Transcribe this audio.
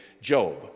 Job